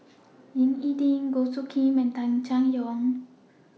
Ying E Ding Goh Soo Khim and Tung Chye Hong